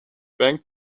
bank